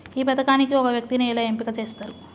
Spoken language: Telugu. ఈ పథకానికి ఒక వ్యక్తిని ఎలా ఎంపిక చేస్తారు?